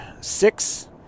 six